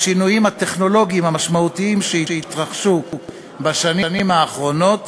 השינויים הטכנולוגיים המשמעותיים שהתרחשו בשנים האחרונות